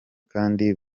kandi